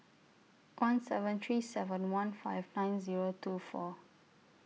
one seven three seven one five nine Zero two four